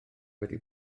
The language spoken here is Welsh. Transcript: wedi